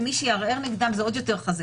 ומי שיערער נגדם זה עוד יותר חזקים,